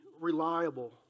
reliable